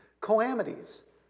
calamities